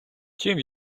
чим